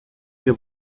que